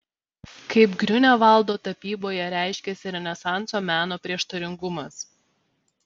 kaip griunevaldo tapyboje reiškėsi renesanso meno prieštaringumas